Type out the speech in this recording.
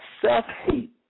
self-hate